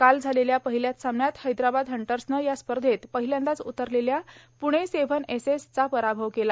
काल झालेल्या पहिल्याच सामन्यात हैद्राबाद हंटर्सनं या स्पर्धेत पहिल्यांदाच उतरलेल्या पुणे सेव्हन एसेस चा पराभव केला